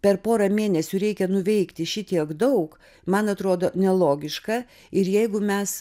per porą mėnesių reikia nuveikti šitiek daug man atrodo nelogiška ir jeigu mes